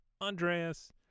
Andreas